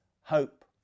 hope